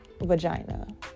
vagina